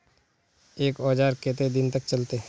एक औजार केते दिन तक चलते?